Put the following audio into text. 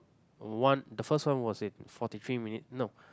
one the first one was in forty three minute no